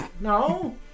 No